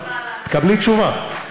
תקבלי תשובה.